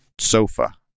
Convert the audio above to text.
Sofa